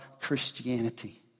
Christianity